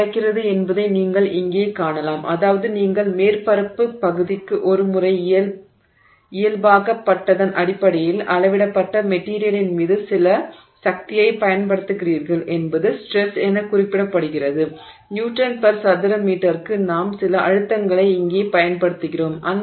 என்ன நடக்கிறது என்பதை நீங்கள் இங்கே காணலாம் அதாவது நீங்கள் மேற்பரப்பு பகுதிக்கு ஒரு முறை இயல்பாக்கப்பட்டதன் அடிப்படையில் அளவிடப்பட்ட மெட்டிரியலின் மீது சில சக்தியைப் பயன்படுத்துகிறீர்கள் என்பது ஸ்ட்ரெஸ் என குறிப்பிடப்படுகிறது நியூட்டன் பெர் சதுரமீட்டருக்கு நாம் சில அழுத்தங்களை இங்கே பயன்படுத்துகிறோம்